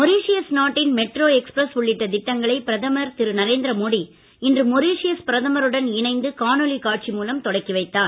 Mauritius நாட்டின் metro express உள்ளிட்ட திட்டங்களை பிரதமர் திரு நரேந்திரமோடி இன்று மொரிஷியஸ் பிரதமருடன் இணைந்து காணொலி காட்சி மூலம் தொடக்கி வைத்தார்